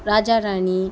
Raja Rani